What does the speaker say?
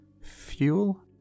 fuel